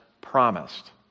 promised